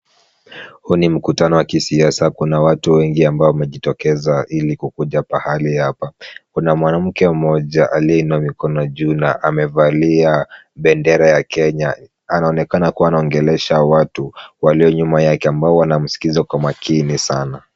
Huu ni mkutano wa kisiasa. Kuna watu wengi ambao wamejitokeza ili kukuja pahali hapa. Kuna mwanamke mmoja aliyeinua mikono juu na amevalia bendera ya Kenya. Anaonekana kuwa anaongelesha watu walio nyuma yake ambao wanaomsikiliza kwa makini sana.